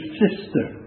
sister